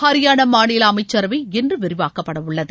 ஹரியானா மாநில அமைச்சரவை இன்று விரிவாக்கப்படவுள்ளது